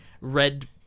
red